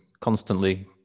constantly